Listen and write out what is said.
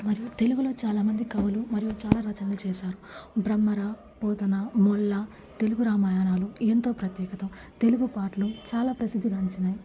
మరియు తెలుగులో చాలా మంది కవులు చాలా రకాల రచనలు చేసారు భ్రమర పోతన మొల్ల తెలుగు రామాయణాలు ఎంతో ప్రత్యేకం తెలుగు పాటలు చాలా ప్రసిద్ధిగాంచినాయి